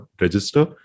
register